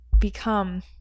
become